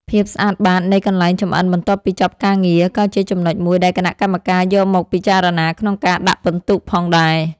ភាពស្អាតបាតនៃកន្លែងចម្អិនបន្ទាប់ពីចប់ការងារ ក៏ជាចំណុចមួយដែលគណៈកម្មការយកមកពិចារណាក្នុងការដាក់ពិន្ទុផងដែរ។